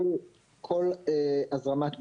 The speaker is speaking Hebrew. כל הזרמת ביוב,